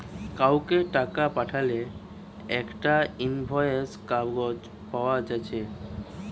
কাউকে টাকা পাঠালে একটা ইনভয়েস কাগজ পায়া যাচ্ছে